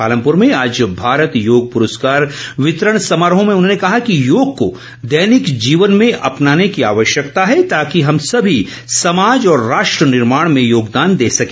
पालमपुर में आज भारत योग पुरस्कार वितरण समारोह में उन्होंने कहा कि योग को दैनिक जीवन में अपनाने की जुरूरत है ताकि हम सभी समाज और राष्ट्र निर्माण में योगदान दे सके